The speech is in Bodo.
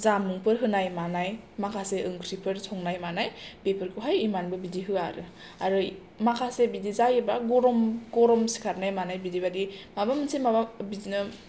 जामुं होनाय मानाय माखासे ओंख्रिफोर संनाय मानाय बेफोरखौहाइ इमानबो बिदि होआ आरो आरो माखासे बिदि जायोबा गरम गरम सिखारनाय मानाय बिदि बायदि माबा मोनसे माबा बिदिनो